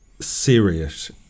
serious